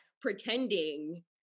pretending